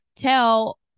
Tell